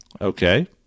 Okay